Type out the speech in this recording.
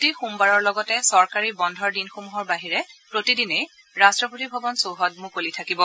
প্ৰতি সোমবাৰৰ লগতে চৰকাৰী বন্ধৰ দিনসমূহৰ বাহিৰে প্ৰতিদিনেই ৰাষ্ট্ৰপতি ভৱন চৌহদ মুকলি থাকিব